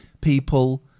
people